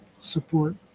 support